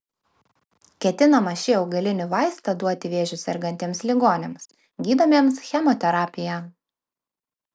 ketinama šį augalinį vaistą duoti vėžiu sergantiems ligoniams gydomiems chemoterapija